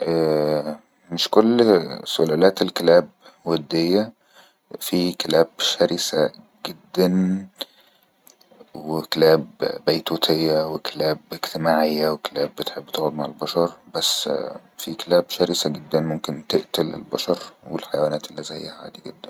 أأأع مش كل سلالات الكلاب ودية في كلاب شرسة جدا وكلاب بيتوتية وكلاب اجتماعية وكلاب بتحب تعد مع البشر بس هناك كلاب شرسة جدا ممكن تأتل البشر وحيوانات اللي زيها عادي جدن